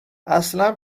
اصلا